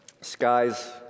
Skies